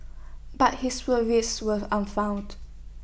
but his worries were an found